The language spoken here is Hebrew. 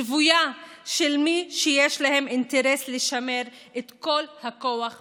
שבויה של מי שיש להם אינטרס לשמר את כל הכוח בידיהם.